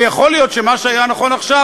ויכול להיות שמה שהיה נכון עכשיו,